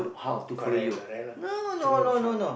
correct correct lah true true